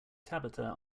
tabitha